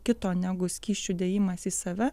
kito negu skysčių dėjimas į save